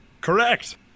Correct